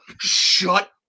shut